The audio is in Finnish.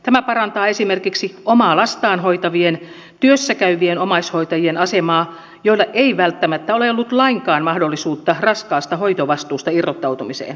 tämä parantaa esimerkiksi omaa lastaan hoitavien työssä käyvien omaishoitajien asemaa joilla ei välttämättä ole ollut lainkaan mahdollisuutta raskaasta hoitovastuusta irrottautumiseen